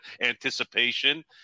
anticipation